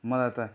मलाई त